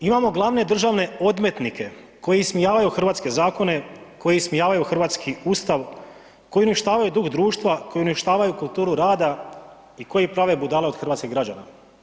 Imamo glavne državne odmetnike koji ismijavaju hrvatske zakone, koji ismijavaju hrvatski Ustav, koji uništavaju duh društva, koji uništavaju kulturu rada i koji prave budale od hrvatskih građana.